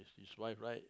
it's why right